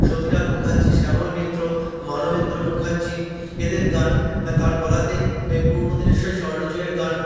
সতীনাথ মুখার্জী শ্যামল মিত্র মানবেন্দ্র মুখার্জী এদের গান তার গলাতে পুরোনো দিনের সেই স্বর্ণযুগের গান